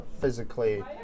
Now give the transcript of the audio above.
physically